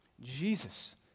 Jesus